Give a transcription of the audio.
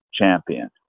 champion